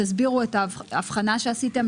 תסבירו את ההבחנה שעשיתם.